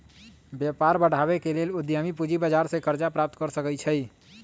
व्यापार बढ़ाबे के लेल उद्यमी पूजी बजार से करजा प्राप्त कर सकइ छै